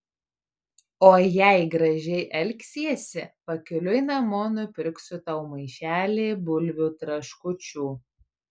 o jei gražiai elgsiesi pakeliui namo nupirksiu tau maišelį bulvių traškučių